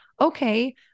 okay